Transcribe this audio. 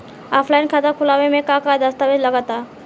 Offline खाता खुलावे म का का दस्तावेज लगा ता?